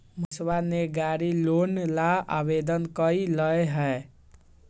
मनीषवा ने गाड़ी लोन ला आवेदन कई लय है